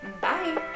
Bye